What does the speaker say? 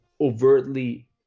overtly